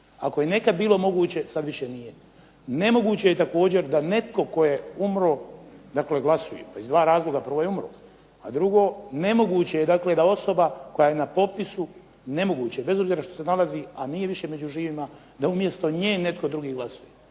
Ako je nekad moguće sad više nije. Nemoguće je također da netko tko je umro, dakle glasuje. Iz dva razloga, prvo je umro, a drugo nemoguće je dakle da osoba koja je na popisu, nemoguće je bez obzira što se nalazi a nije više među živima da umjesto nje netko drugi glasuje.